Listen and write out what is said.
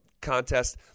contest